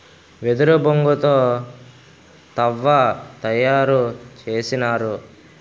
వెదురు బొంగు తో తవ్వ తయారు చేసినారు